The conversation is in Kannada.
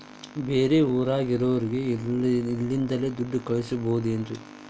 ಬೇರೆ ಊರಾಗಿರೋರಿಗೆ ಇಲ್ಲಿಂದಲೇ ದುಡ್ಡು ಕಳಿಸ್ಬೋದೇನ್ರಿ?